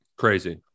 crazy